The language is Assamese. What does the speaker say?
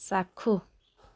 চাক্ষুষ